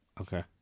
Okay